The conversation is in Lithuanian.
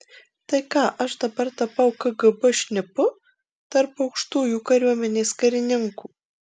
tai ką aš dabar tapau kgb šnipu tarp aukštųjų kariuomenės karininkų